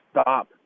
stop